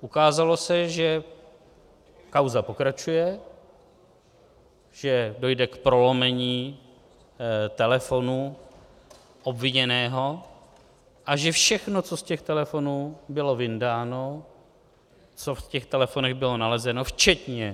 Ukázalo se, že kauza pokračuje, že dojde k prolomení telefonů obviněného a že všechno, co z těch telefonů bylo vyndáno, co v těch telefonech bylo nalezeno,